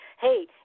Hey